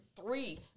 three